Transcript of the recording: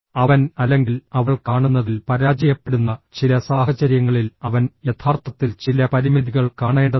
അവൻ അല്ലെങ്കിൽ അവൾ കാണുന്നതിൽ പരാജയപ്പെടുന്ന ചില സാഹചര്യങ്ങളിൽ അവൻ യഥാർത്ഥത്തിൽ ചില പരിമിതികൾ കാണേണ്ടതുണ്ട്